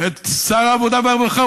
את שר העבודה והרווחה,